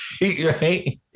Right